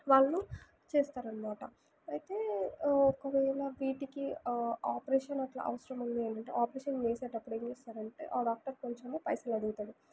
వాళ్ళు చేస్తారనమాట అయితే ఒకవేళ వీటికి ఆపరేషన్ అట్లా అవసరం వుంది అనంటే ఆపరేషన్ చేసేటప్పుడు ఏం చేస్తారంటే ఆ డాక్టర్ కొంచెం పైసలడుగుతాడు